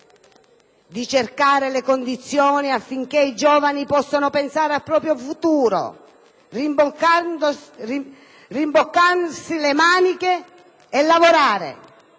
di creare le condizioni affinché i giovani possano pensare al proprio futuro, rimboccandosi le maniche per lavorare,